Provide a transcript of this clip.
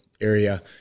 area